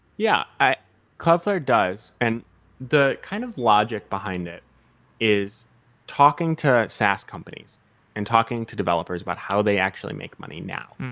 yeah. cloudflare does, and the kind of logic behind it is talking to sass companies and talking to developers about how they actually make money now,